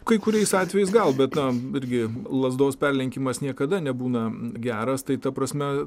kai kuriais atvejais gal bet na irgi lazdos perlenkimas niekada nebūna geras tai ta prasme